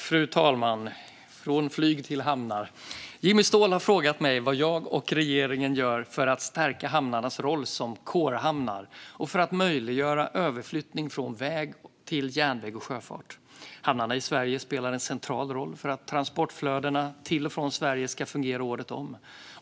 Fru talman! Från flyg till hamnar! Jimmy Ståhl har frågat mig vad jag och regeringen gör för att stärka hamnars roll som corehamnar och för att möjliggöra överflyttning från väg till järnväg och sjöfart. Hamnarna i Sverige spelar en central roll för att transportflödena till och från Sverige ska fungera året om.